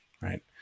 right